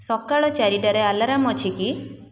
ସକାଳ ଚାରିଟାରେ ଆଲାର୍ମ୍ ଅଛି କି